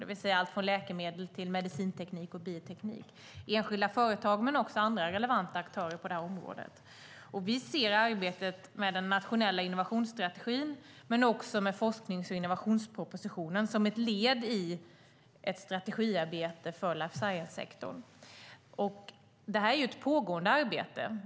Det gäller allt från läkemedel till medicinteknik och bioteknik. Det är enskilda företag men också andra relevanta aktörer på det här området. Vi ser arbetet med den nationella innovationsstrategin, men också med forsknings och innovationspropositionen, som ett led i ett strategiarbete för life science-sektorn. Det är ett pågående arbete.